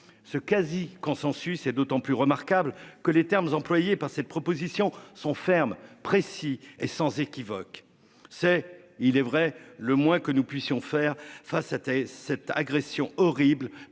ce quasi-consensus est d'autant plus remarquable que les termes employés par cette proposition sont ferme précis et sans équivoque. C'est il est vrai, le moins que nous puissions faire face tes cette agression horribles